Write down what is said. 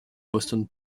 boston